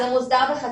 זה מוסדר בחקיקה.